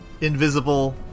invisible